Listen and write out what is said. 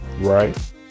right